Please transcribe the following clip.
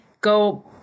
go